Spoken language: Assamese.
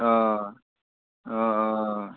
অঁ অঁ অঁ